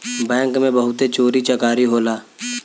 bank में बहुते चोरी चकारी होला